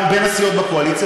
גם בין הסיעות בקואליציה.